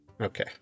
Okay